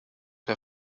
der